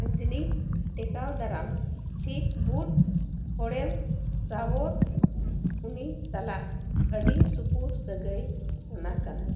ᱚᱧᱡᱚᱱᱤ ᱴᱮᱠᱟᱣ ᱫᱟᱨᱟᱢ ᱴᱷᱤᱠ ᱵᱩᱴ ᱦᱚᱲᱮᱢ ᱥᱟᱵᱚᱨ ᱩᱱᱤ ᱥᱟᱞᱟᱜ ᱟᱹᱰᱤ ᱥᱩᱯᱩᱨ ᱥᱟᱹᱜᱟᱹᱭ ᱚᱱᱟ ᱠᱟᱱᱟ